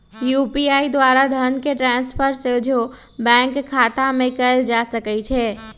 UPI द्वारा धन के ट्रांसफर सोझे बैंक खतामें कयल जा सकइ छै